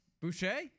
Boucher